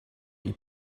that